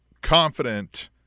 confident